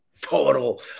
total